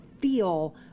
feel